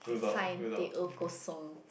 okay fine teh O kosong